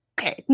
Okay